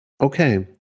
Okay